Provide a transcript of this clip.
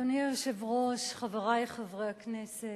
אדוני היושב-ראש, חברי חברי הכנסת,